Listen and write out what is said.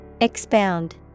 Expound